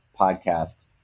podcast